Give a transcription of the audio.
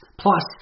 Plus